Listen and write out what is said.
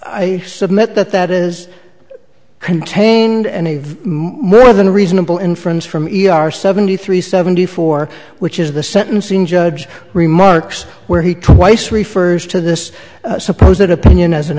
i submit that that is contained any more than a reasonable inference from either our seventy three seventy four which is the sentencing judge remarks where he twice refers to this suppose that opinion as an